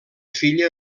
filla